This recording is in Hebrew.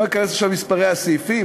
לא אכנס עכשיו למספרי הסעיפים,